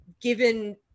given